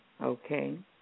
Okay